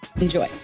Enjoy